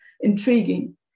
intriguing